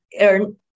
earn